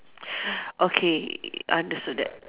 okay understood that